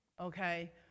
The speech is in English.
Okay